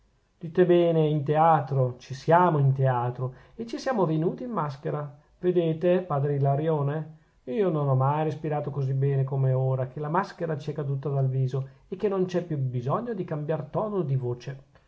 dite bene in teatro ci siamo in teatro e ci siamo venuti in maschera vedete padre ilarione io non ho mai respirato così bene come ora che la maschera ci è caduta dal viso e che non c'è più bisogno di cambiar tono di voce